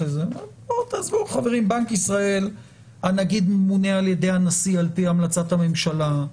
הנגיד ממונה על-ידי הנשיא על-פי המלצת הממשלה,